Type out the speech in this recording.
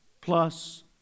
plus